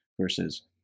versus